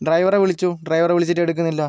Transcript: ഡ്രൈവറെ വിളിച്ചു ഡ്രൈവറെ വിളിച്ചിട്ട് എടുക്കണില്ല